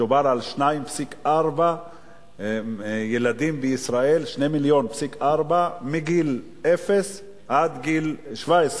מדובר על 2.4 מיליון ילדים בישראל מגיל אפס עד גיל 17,